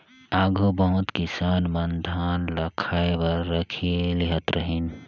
आघु बहुत किसान मन धान ल खाए बर राखिए लेहत रहिन